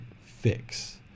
fix